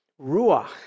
ruach